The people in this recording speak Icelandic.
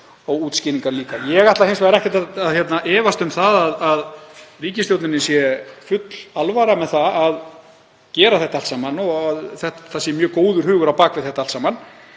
og útskýringar líka. Ég ætla hins vegar ekkert að efast um að ríkisstjórninni sé full alvara með að gera þetta allt saman og að það sé mjög góður hugur á bak við. En vinnan